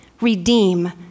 redeem